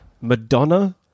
Madonna